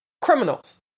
criminals